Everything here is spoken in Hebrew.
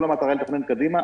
כל המטרה היא לתכנן קדימה.